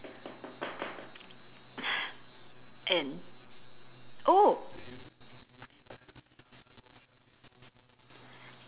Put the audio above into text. and oh